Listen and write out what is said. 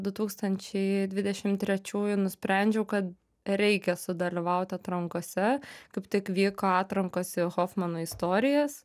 du tūkstančiai dvidešim trečiųjų nusprendžiau kad reikia sudalyvauti atrankose kaip tik vyko atrankos į hofmano istorijas